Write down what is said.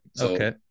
okay